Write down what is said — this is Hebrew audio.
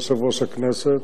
יושב-ראש הכנסת,